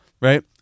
right